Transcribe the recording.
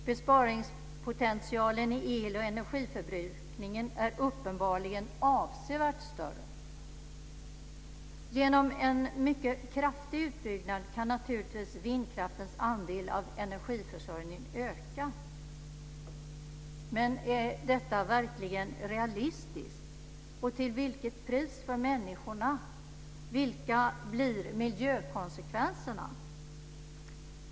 Besparingspotentialen i el och energiförbrukningen är uppenbarligen avsevärt större. Genom en mycket kraftig utbyggnad kan naturligtvis vindkraftens andel av energiförsörjningen öka. Men är det verkligen realistiskt, och till vilket pris för människorna? Vilka blir miljökonsekvenserna?